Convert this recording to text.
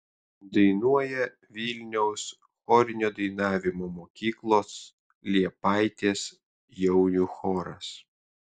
dainuoja vilniaus chorinio dainavimo mokyklos liepaitės jaunių choras